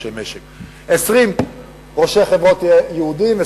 20 ראשי חברות יהודים,